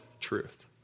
truth